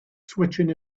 switching